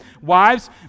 wives